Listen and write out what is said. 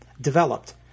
developed